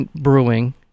brewing